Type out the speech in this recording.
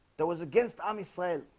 there was against amish land,